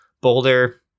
Boulder